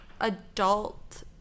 adult